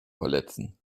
verletzen